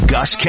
Gus